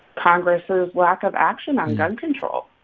congress's lack of action on gun control